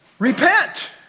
Repent